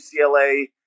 ucla